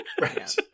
Right